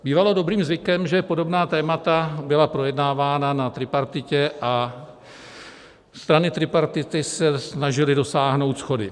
Bývalo dobrým zvykem, že podobná témata byla projednávána na tripartitě a strany tripartity se snažily dosáhnout shody.